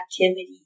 activity